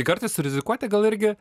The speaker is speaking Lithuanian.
kartais rizikuoti gal irgi